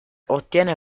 ottiene